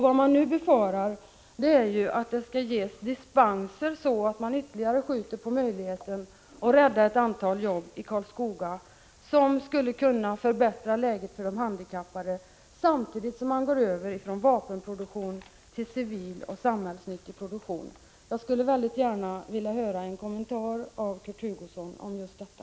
Vad som befaras är att det skall ges dispenser, så att man ytterligare kommer att vänta med att tillvarata möjligheten att rädda ett antal jobb i Värmland. I detta fall skulle man kunna förbättra läget för de handikappade, samtidigt som det sker en övergång från vapenproduktion till civil och samhällsnyttig produktion. Jag skulle väldigt gärna vilja få en kommentar från Kurt Hugosson angående detta.